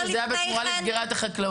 זה היה בתמורה לסגירת החקלאות.